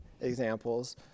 examples